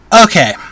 okay